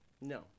No